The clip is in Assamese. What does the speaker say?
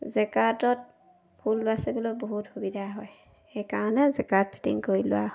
জেকাটত ফুল বাচিবলৈ বহুত সুবিধা হয় সেইকাৰণে জেকাৰ্ট ফিটিং কৰি লোৱা হয়